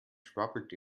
schwabbelt